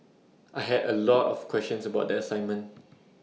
I had A lot of questions about the assignment